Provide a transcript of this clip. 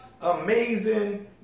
amazing